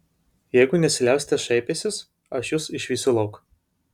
jeigu nesiliausite šaipęsis aš jus išvysiu lauk